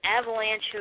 avalanche